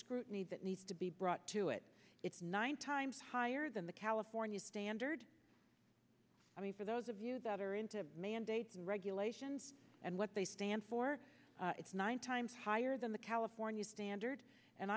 scrutiny that needs to be brought to it it's nine times higher than the california standard i mean for those of you that are into the mandates and regulations and what they stand for it's nine times higher than california standard